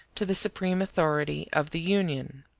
to the supreme authority of the union.